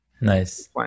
Nice